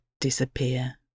disappear